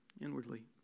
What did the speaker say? inwardly